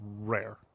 rare